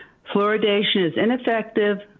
fluoridation is ineffective,